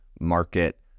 market